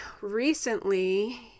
recently